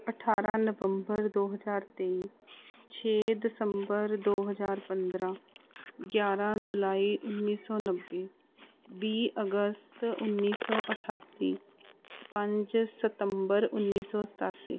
ਅਠਾਰਾਂ ਨਵੰਬਰ ਦੋ ਹਜ਼ਾਰ ਤੇਈ ਛੇ ਦਸੰਬਰ ਦੋ ਹਜ਼ਾਰ ਪੰਦਰਾਂ ਗਿਆਰਾਂ ਜੁਲਾਈ ਉੱਨੀ ਸੌ ਨੱਬੇ ਵੀਹ ਅਗਸਤ ਉੱਨੀ ਸੌ ਅਠਾਸੀ ਪੰਜ ਸਤੰਬਰ ਉੱਨੀ ਸੌ ਸਤਾਸੀ